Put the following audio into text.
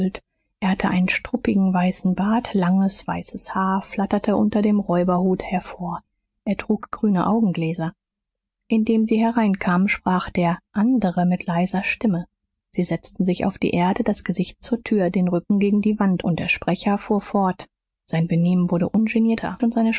er hatte einen struppigen weißen bart langes weißes haar flatterte unter dem räuberhut hervor er trug grüne augengläser indem sie hereinkamen sprach der andere mit leiser stimme sie setzten sich auf die erde das gesicht zur tür den rücken gegen die wand und der sprecher fuhr fort sein benehmen wurde ungenierter und seine